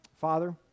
Father